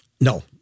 No